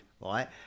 right